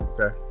Okay